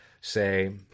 say –